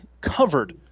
covered